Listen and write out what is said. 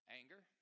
anger